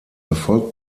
erfolgt